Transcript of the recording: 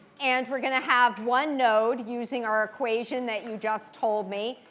and we're going to have one node using our equation that you just told me,